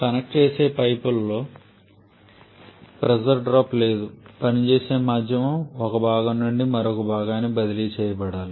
connect చేసే పైపులలో pressure drop లేదు పని చేసే మాధ్యమం ఒక భాగం నుండి మరొక భాగానికి బదిలీ చేయబడాలి